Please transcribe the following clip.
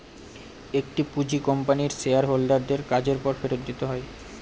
একটি পুঁজি কোম্পানির শেয়ার হোল্ডার দের কাজের পর ফেরত দিতে হয়